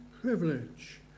privilege